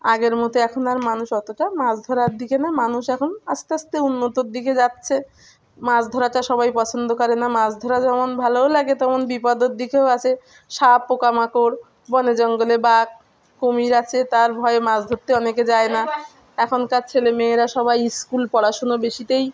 আগের মতো এখন আর মানুষ অতটা মাছ ধরার দিকে না মানুষ এখন আস্তে আস্তে উন্নত দিকে যাচ্ছে মাছ ধরাটা সবাই পছন্দ করে না মাছ ধরা যেমন ভালোও লাগে তেমন বিপদের দিকেও আছে সাপ পোকামাকড় বনে জঙ্গলে বাঘ কুমির আছে তার ভয়ে মাছ ধরতে অনেকে যায় না এখনকার ছেলেমেয়েরা সবাই স্কুল পড়াশোনা বেশিতেই